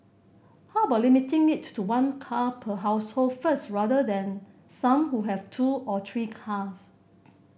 how about limiting it to one car per household first rather than some who have two or three cars